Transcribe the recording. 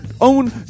own